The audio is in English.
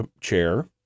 Chair